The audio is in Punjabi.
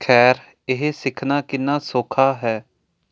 ਖੈਰ ਇਹ ਸਿੱਖਣਾ ਕਿੰਨਾ ਸੌਖਾ ਹੈ